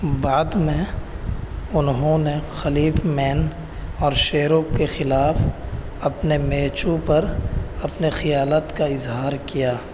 بعد میں انہوں نے خلیپ مین اور شیروف کے خلاف اپنے میچوں پر اپنے خیالات کا اظہار کیا